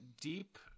deep